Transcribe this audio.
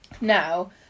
now